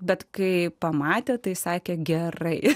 bet kai pamatė tai sakė gerai